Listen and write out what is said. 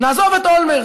"נעזוב את אולמרט.